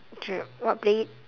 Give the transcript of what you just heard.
the what playlist